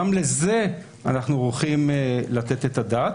גם לזה אנחנו ערוכים לתת את הדעת.